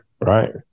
right